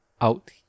out